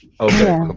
Okay